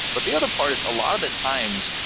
but the other part is a lot of the times,